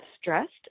stressed